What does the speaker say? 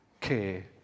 care